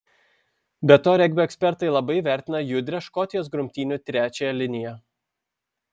be to regbio ekspertai labai vertina judrią škotijos grumtynių trečiąją liniją